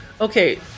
Okay